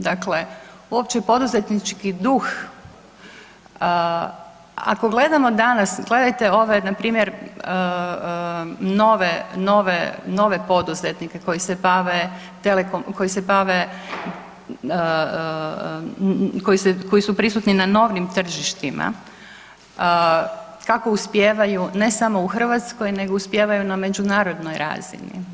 Dakle, uopće poduzetnički duh, ako gledamo danas, gledajte ove npr. nove poduzetnike koji se bave, koji su prisutni na novnim tržištima, kako uspijevaju, ne samo u Hrvatskoj nego uspijevaju na međunarodnoj razini.